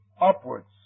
upwards